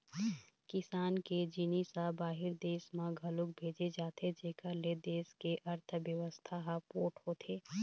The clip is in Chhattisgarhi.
किसान के जिनिस ह बाहिर देस म घलोक भेजे जाथे जेखर ले देस के अर्थबेवस्था ह पोठ होथे